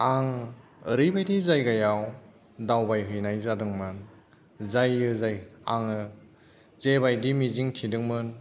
आं ओरैबायदि जायगायाव दावबायहैनाय जादोंमोन जायो जाय आङो जेबायदि मिजिंथिदोंमोन